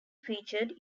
featured